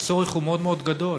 הצורך הוא מאוד מאוד גדול.